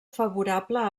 favorable